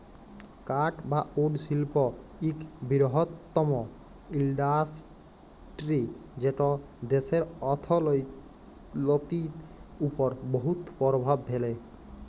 কাঠ বা উড শিল্প ইক বিরহত্তম ইল্ডাসটিরি যেট দ্যাশের অথ্থলিতির উপর বহুত পরভাব ফেলে